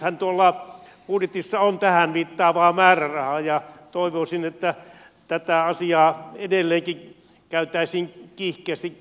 nythän tuolla budjetissa on tähän viittaavaa määrärahaa ja toivoisin että tätä asiaa edelleenkin käytäisiin kiihkeästi hoitamaan